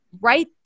right